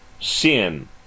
sin